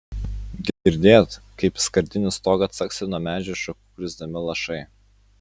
girdėt kaip į skardinį stogą caksi nuo medžių šakų krisdami lašai